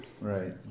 right